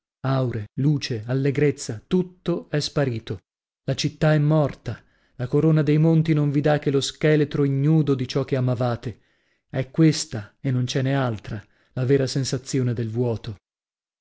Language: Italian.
aure luce allegrezza tutto è sparito la città e morta la corona dei monti non vi dà che lo scheletro ignudo di ciò che amavate è questa e non ce n'è altra la vera sensazione del vuoto